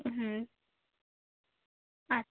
হুম আচ্ছা